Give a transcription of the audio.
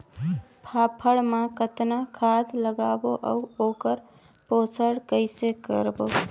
फाफण मा कतना खाद लगाबो अउ ओकर पोषण कइसे करबो?